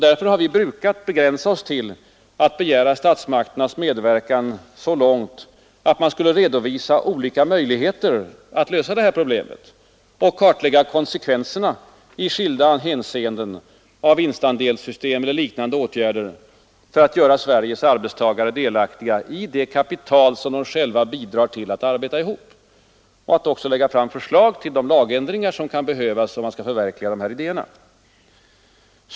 Därför har vi brukat begränsa oss till att begära statsmakternas medverkan så långt, att de skulle redovisa olika möjligheter att lösa problemet och kartlägga konsekvenserna i skilda hänseenden av vinstandelssystem eller liknande åtgärder för att göra Sveriges arbetstagare delaktiga i det kapital som de själva bidrar till att arbeta ihop och att också lägga fram förslag till de lagändringar som kan behövas för att förverkliga de här idéerna.